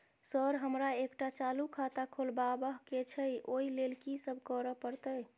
Sir हमरा एकटा चालू खाता खोलबाबह केँ छै ओई लेल की सब करऽ परतै?